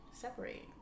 Separate